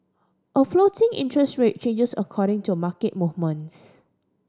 a floating interest rate changes according to a market movements